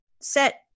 set